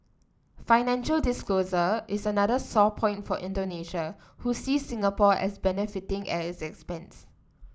financial disclosure is another sore point for Indonesia who sees Singapore as benefiting as its expense